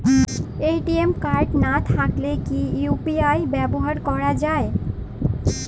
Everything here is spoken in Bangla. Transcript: এ.টি.এম কার্ড না থাকলে কি ইউ.পি.আই ব্যবহার করা য়ায়?